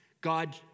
God